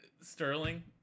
Sterling